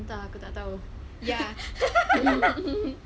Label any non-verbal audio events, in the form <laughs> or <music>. entah aku tak tahu <laughs>